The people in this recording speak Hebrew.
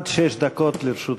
עד שש דקות לרשות